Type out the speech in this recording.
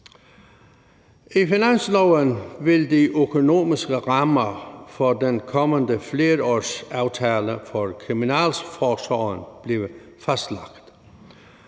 I finansloven vil de økonomiske rammer for den kommende flerårsaftale for kriminalforsorgen blive fastlagt.